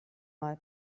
mal